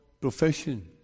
profession